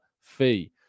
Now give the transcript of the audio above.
fee